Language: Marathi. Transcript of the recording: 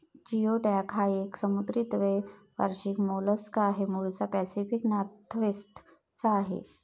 जिओडॅक हा एक समुद्री द्वैवार्षिक मोलस्क आहे, मूळचा पॅसिफिक नॉर्थवेस्ट चा आहे